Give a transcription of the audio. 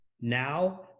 Now